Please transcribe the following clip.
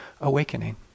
Awakening